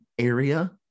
Area